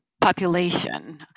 population